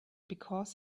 because